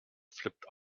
flipped